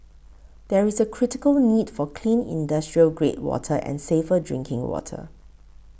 there is a critical need for clean industrial grade water and safer drinking water